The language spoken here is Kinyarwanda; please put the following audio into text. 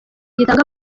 gitanga